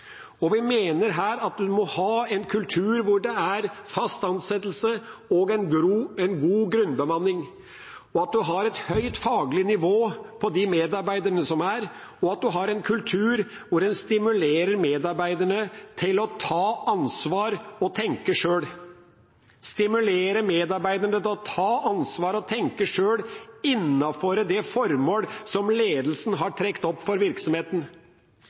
Vi mener her at en må ha en kultur med fast ansettelse og en god grunnbemanning, at en har et høyt faglig nivå på medarbeiderne, og at en har en kultur hvor en stimulerer medarbeiderne til å ta ansvar og tenke sjøl innenfor det formål ledelsen har trukket opp for virksomheten. Dette heter i andre sammenhenger operasjonsbasert ledelse. Det går ut på at en skal stole på dem som